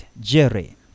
Jerry